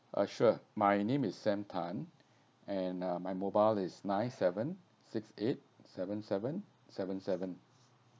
uh sure my name is sam tan and uh my mobile is nine seven six eight seven seven seven seven